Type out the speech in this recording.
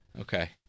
Okay